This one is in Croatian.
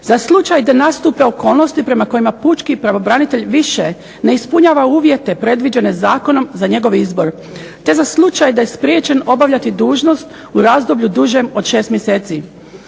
za slučaj da nastupe okolnosti prema kojima pučki pravobranitelj više ne ispunjava uvjete predviđene zakonom za njegov izbor, te za slučaj da je spriječen obavljati dužnost u razdoblju dužem od 6 mjeseci.